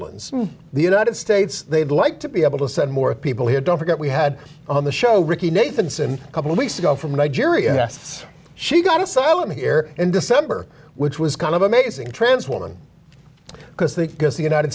netherlands the united states they'd like to be able to send more people here don't forget we had on the show ricky nathan a couple of weeks ago from nigeria yes she got asylum here in december which was kind of amazing trans woman because the